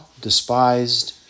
despised